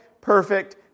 perfect